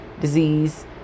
disease